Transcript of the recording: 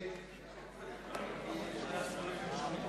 שם שונה.